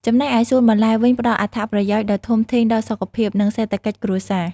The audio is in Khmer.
ចំណែកឯសួនបន្លែវិញ ផ្តល់អត្ថប្រយោជន៍ដ៏ធំធេងដល់សុខភាព និងសេដ្ឋកិច្ចគ្រួសារ។